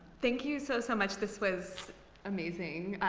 thank you so, so much. this was amazing.